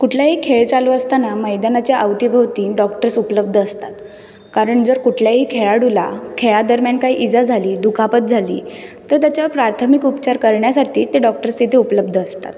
कुठलाही खेळ चालू असताना मैदानाच्या अवतीभोवती डॉक्टर्स उपलब्ध असतात कारण जर कुठल्याही खेळाडूला खेळादरम्यान काही इजा झाली दुखापत झाली तर त्याच्यावर प्रार्थमिक उपचार करण्यासाठी ते डॉक्टर्स तिथे उपलब्ध असतात